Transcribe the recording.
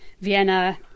Vienna